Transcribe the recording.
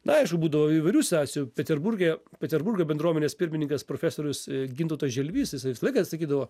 na aišku būdavo įvairių situacijų peterburge peterburgo bendruomenės pirmininkas profesorius gintautas želvys jisai visą laiką sakydavo